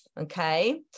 okay